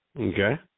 Okay